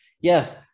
Yes